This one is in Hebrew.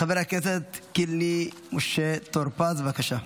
חבר הכנסת קינלי משה טור פז, בבקשה.